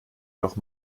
doch